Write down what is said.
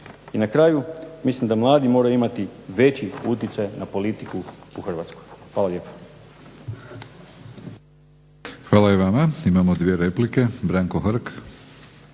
I na kraju, mislim da mladi moraju imati veći uticaj na politiku u Hrvatskoj. Hvala lijepa. **Batinić, Milorad (HNS)** Hvala i vama. Imamo dvije replike, Branko Hrg.